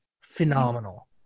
phenomenal